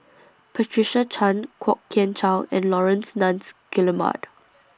Patricia Chan Kwok Kian Chow and Laurence Nunns Guillemard